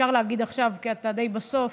אפשר להגיד עכשיו, כי אתה די בסוף,